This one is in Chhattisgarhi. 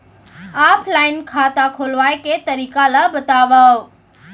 ऑफलाइन खाता खोलवाय के तरीका ल बतावव?